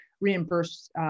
reimburse